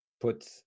put